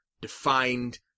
defined